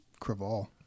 Craval